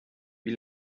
wie